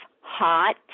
hot